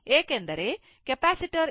ಏಕೆಂದರೆ ಕೆಪಾಸಿಟರ್ ಇದು 22